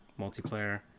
multiplayer